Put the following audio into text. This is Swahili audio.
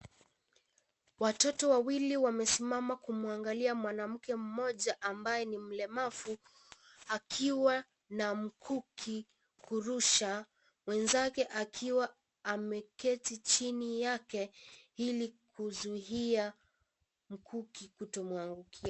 Watoto wawili wamesimama kumwangalia mwanamke mmoja ambaye ni mlemavu akiwa na mkuki kurusha mwenzake akiwa ameketi chini yake ili kuzuia mkuki kutomwangukia.